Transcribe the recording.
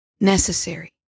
necessary